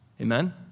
Amen